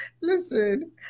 Listen